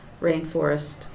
rainforest